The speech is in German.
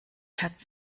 herz